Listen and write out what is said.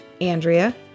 Andrea